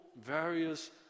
various